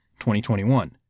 2021